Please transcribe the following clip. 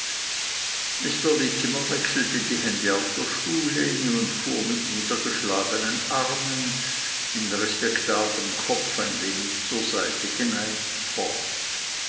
littimer wechselte die hände auf der stuhllehne und fuhr mit niedergeschlagnen armen den respektablen kopf ein wenig zur seite geneigt fort